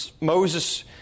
Moses